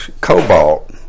cobalt